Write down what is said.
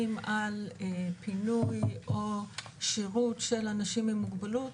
על פינוי או שירות של אנשים עם מוגבלות,